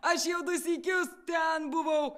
aš jau du sykius ten buvau